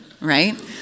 right